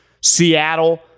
Seattle